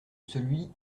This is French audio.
celui